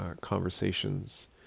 conversations